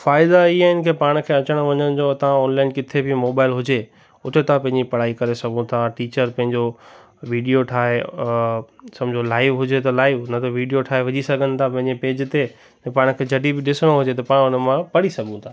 फ़ाइदा इहो आहिनि कि पाण खे अचण वञण जो उतां ऑनलाइन किथे बि मोबाइल हुजे उते तव्हां पंहिंजी पढ़ाई करे सघो था टीचर पंहिंजो वीडियो ठाहे सम्झो लाइव हुजे त लाइव न त वीडियो ठाहे विझी सघनि था पंहिंजे पेज ते त पाण खे जॾहिं बि ॾिसणो हुजे त पाण हुनमां पढ़ी सघूं था